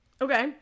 Okay